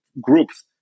groups